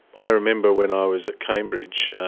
i remember when i was at cambridge,